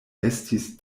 estis